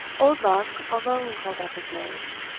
oldbuck alone curled up his nose,